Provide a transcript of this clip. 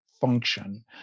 function